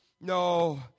No